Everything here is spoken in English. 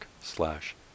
slash